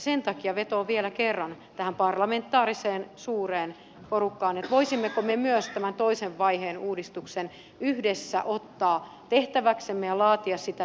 sen takia vetoan vielä kerran tähän parlamentaariseen suureen porukkaan voisimmeko me myös tämän toisen vaiheen uudistuksen yhdessä ottaa tehtäväksemme ja laatia sitä tiekarttaa